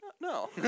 No